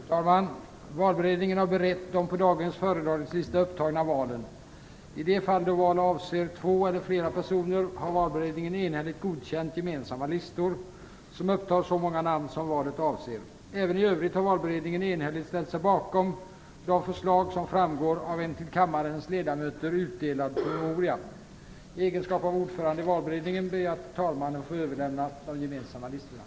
Fru talman! Valberedningen har berett de på dagens föredragningslista upptagna valen. I fall då val avser två eller flera personer har valberedningen enhälligt ställt sig bakom de förslag som framgår av en till kammarens ledamöter utdelad promemoria. I egenskap av ordförande i valberedningen ber jag att till talmannen få överlämna de gemensamma listorna.